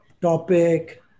topic